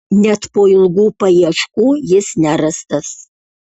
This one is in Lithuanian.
net po ilgų paieškų jis nerastas